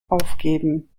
aufgeben